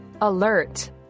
Alert